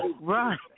right